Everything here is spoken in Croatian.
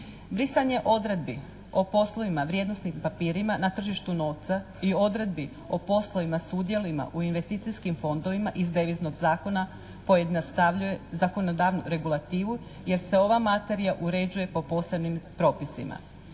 Brisanje odredbi o poslovima vrijednosnih papirima na tržištu novca i odredbi o poslovima s udjelima u investicijskim fondovima iz Deviznog zakona pojednostavljuje zakonodavnu regulativu jer se ova materija uređuje po posebnim propisima.